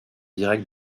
direct